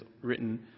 written